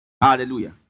Hallelujah